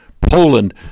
Poland